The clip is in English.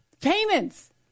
Payments